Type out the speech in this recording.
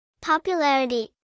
Popularity